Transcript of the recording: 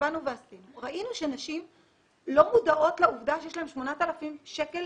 ראינו שנשים לא מודעות לעובדה שיש להן 8,000 שקלים,